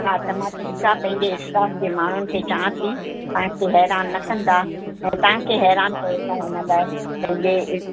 हा त मां ठीकु आहे पंहिंजे स्टॉफ़ जे माण्हुनि खे चवां थी तव्हांखे हैरान न कंदा ऐं तव्हांखे हैरान कयो अथऊं इन लाइ पंहिंजे